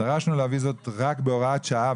דרשנו להביא זאת רק בהוראת שעה,